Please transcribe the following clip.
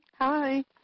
Hi